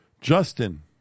Justin